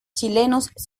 chilenos